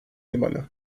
limanı